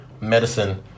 Medicine